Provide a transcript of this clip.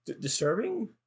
disturbing